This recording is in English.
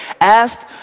asked